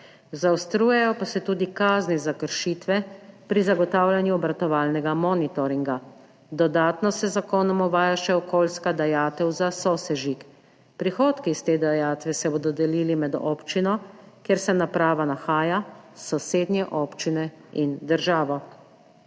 Zaostrujejo se tudi kazni za kršitve pri zagotavljanju obratovalnega monitoringa. Dodatno se z zakonom uvaja še okoljska dajatev za sosežig. Prihodki iz te dajatve se bodo delili med občino, kjer se naprava nahaja, sosednjimi občinami in državo.